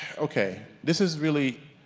okay this is really